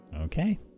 Okay